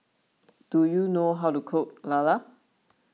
do you know how to cook Lala